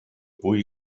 pugui